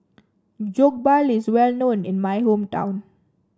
Jokbal is well known in my hometown